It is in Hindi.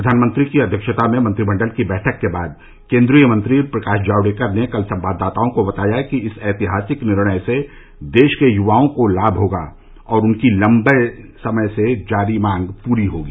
प्रधानमंत्री की अध्यक्षता में मंत्रिमंडल की बैठक के बाद केंद्रीय मंत्री प्रकाश जावडेकर ने कल संवादाताओं को बताया कि इस ऐतिहासिक निर्णय से देश के युवाओं को लाभ होगा और उनकी लंबे समय से जारी मांग पूरी होगी